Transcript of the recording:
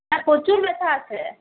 হ্যাঁ প্রচুর ব্যথা আছে